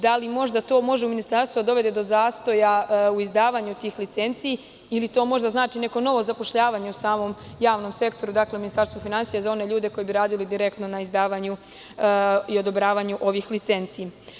Da li to u ministarstvu može da dovede do zastoja u izdavanju tih licenci ili to možda znači neko novo zapošljavanje u samom javnom sektoru, u Ministarstvu finansija za one ljude koji bi radili direktno na izdavanju i odobravanju ovih licenci?